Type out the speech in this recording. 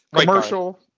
commercial